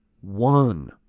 one